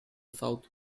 south